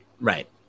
Right